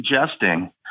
suggesting